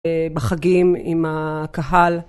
בחגים עם הקהל.